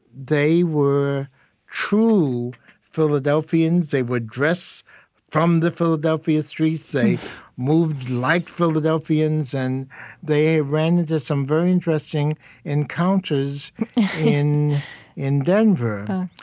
they were true philadelphians. they were dressed from the philadelphia streets, they moved like philadelphians, and they ran into some very interesting encounters in in denver.